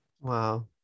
Wow